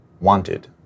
wanted